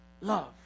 love